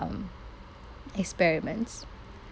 um experiments